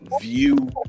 view